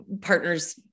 partners